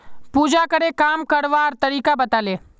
पूजाकरे काम करवार तरीका बताले